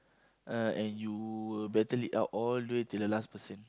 uh and you better lead out all the way to the last person